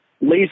Lisa